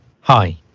Hi